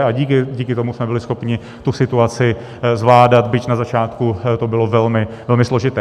A díky tomu jsme byli schopni tu situaci zvládat, byť na začátku to bylo velmi složité.